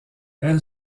elle